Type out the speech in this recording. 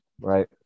Right